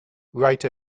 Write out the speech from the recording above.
write